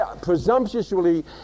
presumptuously